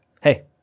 Hey